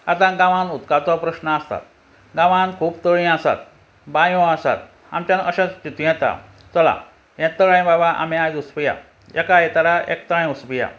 आतां गांवांत उदकाचो प्रश्न आसता गांवांत खूब तळी आसात बांयों आसात आमच्यान अशें चितूं येता चला हें तळें बाबा आमी आयज उसपुया एका आयतरा एक तळें उसपुया